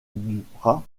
duprat